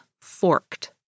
forked